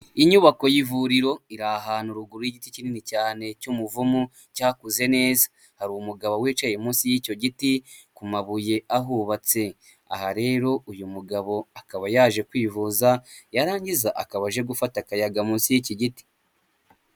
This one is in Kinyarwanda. Inyubako y'ivuriro iri ahantu ruguru y'igiti kinini cyane cy'umuvumu cyakuze neza, hari umugabo wicaye munsi y'icyo giti ku mabuye ahubatse, aha rero uyu mugabo akaba yaje kwivuza, yarangiza akaba aje gufata akayaga munsi y'iki giti.